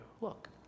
look